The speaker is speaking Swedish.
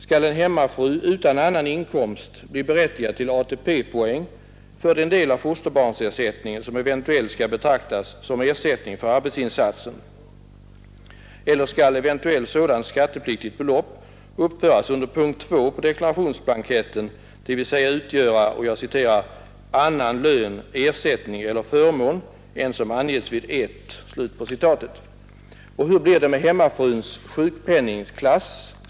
Skall en hemmafru utan annan inkomst bli berättigad till ATP-poäng för den del av fosterbarnsersättningen som eventuellt skall betraktas såsom ersättning för arbetsinsatsen? Eller skall eventuellt sådant skattepliktigt belopp uppföras under punkt 2 på deklarations blanketten, dvs. utgöra ”Annan lön, ersättning eller förmån än som angetts vid 1”? Och hur blir det med hemmafruns sjukpenningsklass?